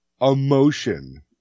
emotion